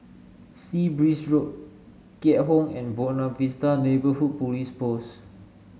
Sea Breeze Road Keat Hong and Buona Vista Neighbourhood Police Post